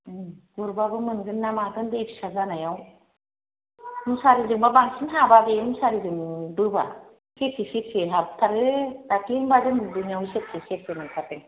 गुरबाबो मोनगोन ना मागोन दै फिसा जानायाव मुसारिजोंबा बांसिन हाबा बे मुसारिजों बोबा सेरसे सेरसे हाबथारो दाखालिनोबा जों गुरहैनायाव सेरसे सेरसे हाबथारदों